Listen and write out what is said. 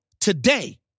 today